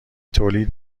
تولید